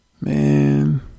Man